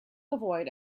avoid